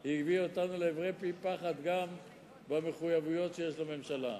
זה הביא אותנו לעברי פי פחת גם במחויבויות שיש לממשלה.